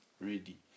Ready